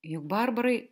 juk barbarai